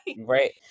Right